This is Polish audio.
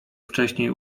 wcześniej